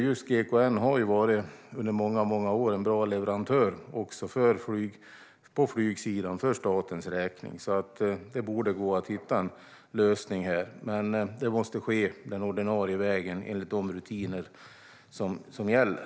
Just GKN har under många år varit en bra leverantör också på flygsidan för statens räkning, så det borde gå att hitta en lösning. Men det måste ske den ordinarie vägen, enligt de rutiner som gäller.